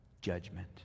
judgment